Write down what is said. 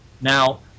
Now